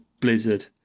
Blizzard